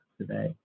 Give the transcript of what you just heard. today